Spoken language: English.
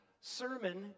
sermon